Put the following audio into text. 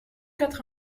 quatre